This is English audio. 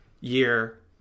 year